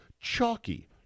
chalky